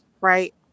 right